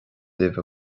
libh